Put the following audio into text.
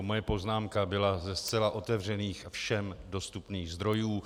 Moje poznámka byla ze zcela otevřených a všem dostupných zdrojů.